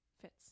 fits